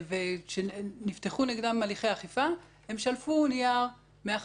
וכשנפתחו נגדם הליכי אכיפה, הם שלפו נייר מהחטיבה.